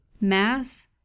mass